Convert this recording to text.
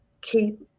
keep